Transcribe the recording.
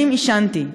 שנים עישנתי.